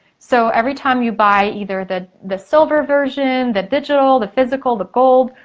so every time you buy either the the silver version, the digital, the physical, the gold,